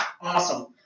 Awesome